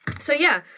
so, yeah,